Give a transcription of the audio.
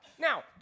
Now